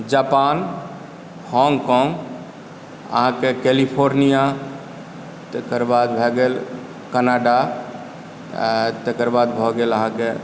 Japan हाँगकाँग अहाँकेँ California तकर बाद भए गेल कनाडा तकर बाद भऽ गेल अहाँकेँ